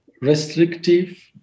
restrictive